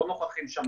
הם לא נוכחים שם,